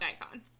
icon